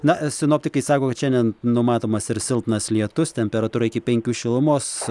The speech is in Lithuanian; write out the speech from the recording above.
na sinoptikai sako kad šiandien numatomas ir silpnas lietus temperatūra iki penkių šilumos